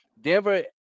Denver